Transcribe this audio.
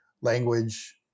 language